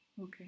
Okay